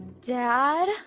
Dad